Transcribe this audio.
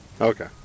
Okay